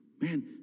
Man